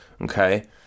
okay